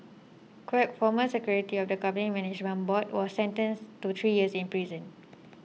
Quek former secretary of the company's management board was sentenced to three years in prison